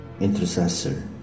intercessor